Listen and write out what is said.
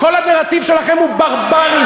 כל הנרטיב שלכם הוא ברברי.